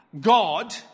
God